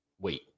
Wait